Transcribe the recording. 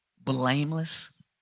blameless